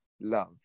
love